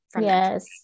Yes